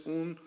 un